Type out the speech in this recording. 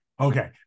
Okay